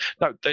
No